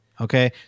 Okay